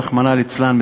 רחמנא ליצלן,